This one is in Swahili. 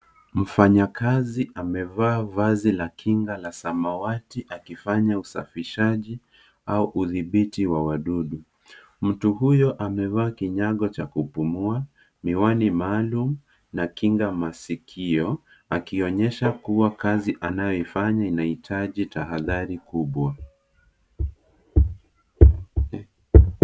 Mfanyakazi amevaa vazi la kinga la samawati, akifanya usafihaji au udhibiti wa wadudu. Mtu huyo amevaa kinyago cha kupumua, miwani maalumu, na kinga masikio, akionyesha kuwa kazi anayofanya inahitaji tahadhari kubwa.